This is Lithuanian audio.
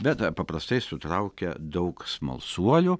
bet paprastai sutraukia daug smalsuolių